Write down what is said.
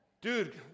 Dude